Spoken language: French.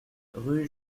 rue